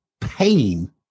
pain